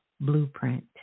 blueprint